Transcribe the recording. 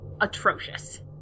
atrocious